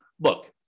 look